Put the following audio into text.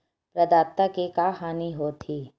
प्रदाता के का हानि हो थे?